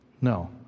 no